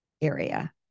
area